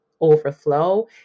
overflow